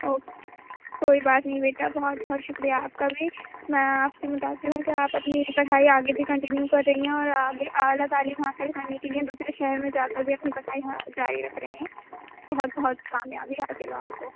okay کوئی بات نہیں بیٹا بہت بہت شُکریہ آپ کا بھی میں آپ سے متاثر ہوں کہ آپ اپنی پڑھائی آگے بھی کنٹی نیو کر رہی ہیں اور آگے اعلیٰ تعلیم حاصل کرنے لیے دوسرے شہر میں جا کر بھی اپنی پڑھائی وہاں جاری رکھ رہی ہیں بہت بہت کامیابی حاصل ہو آپ کو